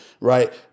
right